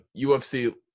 UFC